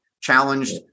challenged